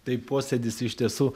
tai posėdis iš tiesų